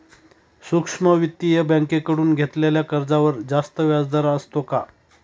सूक्ष्म वित्तीय बँकेकडून घेतलेल्या कर्जावर जास्त व्याजदर असतो का?